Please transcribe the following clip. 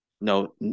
No